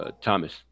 Thomas